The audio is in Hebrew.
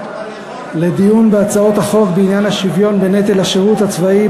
לדיון בהצעות החוק בעניין השוויון בנטל השירות הצבאי,